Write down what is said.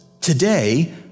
Today